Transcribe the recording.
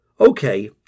Okay